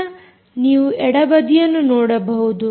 ಈಗ ನೀವು ಎಡಬದಿಯನ್ನು ನೋಡಬಹುದು